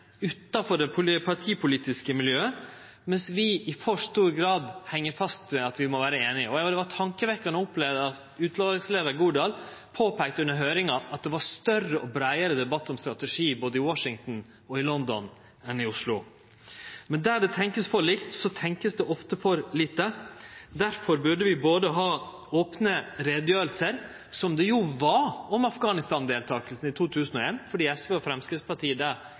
utanfor det partipolitiske miljøet, mens vi i for stor grad heng fast ved at vi må vere einige. Det var tankevekkjande å oppleve at utvalsleiar Godal påpeikte under høyringa at det var større og breiare debatt om strategi både i Washington og i London enn i Oslo. Men der det vert tenkt for likt, vert det ofte tenkt for lite. Derfor burde ein ha opne utgreiingar – som det jo var om Afghanistan-deltakinga i 2001, fordi SV og Framstegspartiet der kunne få det til i den utvida utanrikskomiteen og løfte det